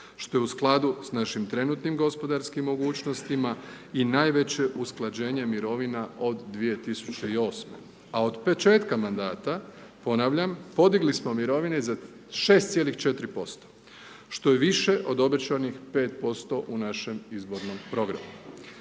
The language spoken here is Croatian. što je u skladu sa našim trenutnim gospodarskim mogućnostima i najveće usklađenje mirovina od 2008. A od početka mandata, ponavljam podigli smo mirovine za 6,4% što je više od obećanih 5% u našem izbornom programu.